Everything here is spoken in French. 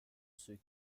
ceux